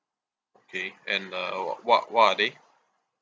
okay and uh what what what are they